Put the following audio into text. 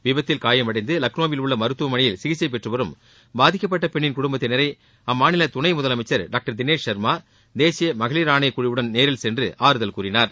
விபத்தில் காயம் அடைந்து லக்னோவில் உள்ள மருத்துவமனையில் சிகிச்சை பெற்று வரும் பாதிக்கப்பட்ட பெண்ணின் குடும்பத்தினரை அம்மாநில துணை முதலமைச்சர் டாக்டர் தினேஷ் சர்மா தேசிய மகளிர் ஆணைய குழுவுடன் நேரில் சென்று ஆறுதல் கூறினார்